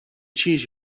cheese